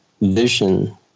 vision